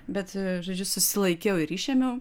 bet žodžiu susilaikiau ir išėmiau